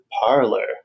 parlor